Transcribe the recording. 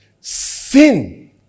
Sin